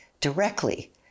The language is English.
directly